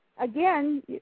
Again